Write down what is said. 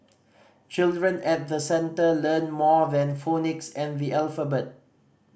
children at the centre learn more than phonics and the alphabet